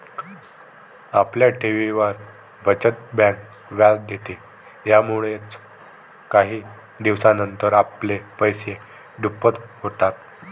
आपल्या ठेवींवर, बचत बँक व्याज देते, यामुळेच काही दिवसानंतर आपले पैसे दुप्पट होतात